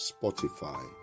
Spotify